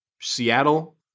Seattle